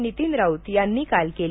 नितीन राऊत यांनी काल केली